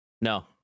No